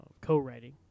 Co-writing